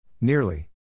Nearly